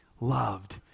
loved